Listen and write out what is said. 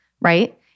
right